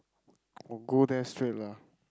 or go there straight lah